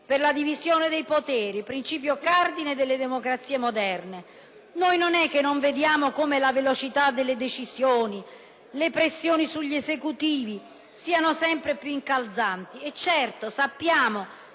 per la divisione dei poteri, principio cardine nelle democrazie moderne. Non è che non vediamo come la velocità delle decisioni, le pressioni sugli Esecutivi siano sempre più incalzanti. E, certo, sappiamo